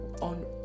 On